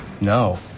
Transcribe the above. No